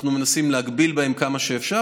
מנסים להגביל כמה שאפשר.